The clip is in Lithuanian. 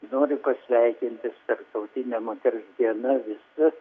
noriu pasveikinti su tarptautine moters diena visas